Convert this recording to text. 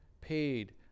paid